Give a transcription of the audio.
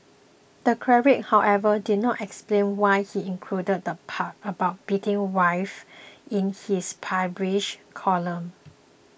the cleric however did not explain why he included the part about beating wives in his published column